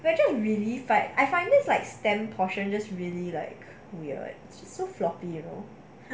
whether you really fight I find this like stamp portion just really like weird so floppy you know